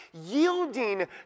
yielding